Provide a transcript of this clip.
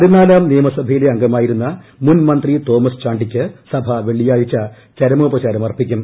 പതിനാലാം നിയമസഭയിലെ അംഗമായിരുന്ന മുൻമന്ത്രി തോമസ് ചാണ്ടിക്ക് സഭ വെള്ളിയാഴ്ച ചരമോപചാരം അർപ്പിക്കും